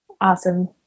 Awesome